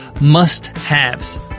must-haves